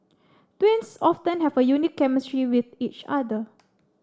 twins often have a unique chemistry with each other